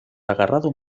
agarrado